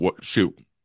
shoot